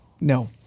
no